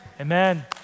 Amen